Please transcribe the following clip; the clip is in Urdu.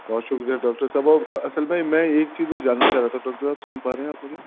بہت شُکریہ ڈاکٹر صاحب وہ اصل میں میں ایک چیز اور جاننا چاہ رہا تھا ڈاکٹر صاحب سُن پا رہے ہیں آپ مجھے